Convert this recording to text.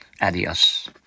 adios